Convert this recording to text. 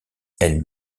elle